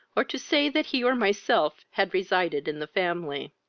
or to say that he or myself had resided in the family.